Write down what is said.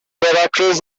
veracruz